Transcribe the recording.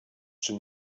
czy